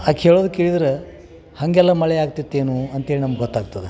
ಆಕೆ ಹೇಳುದು ಕೇಳಿದ್ರೆ ಹಾಗೆಲ್ಲ ಮಳೆ ಆಗ್ತಿತ್ತೇನು ಅಂತೇಳಿ ನಮ್ಗೆ ಗೊತ್ತಾಗ್ತದೆ